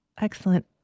Excellent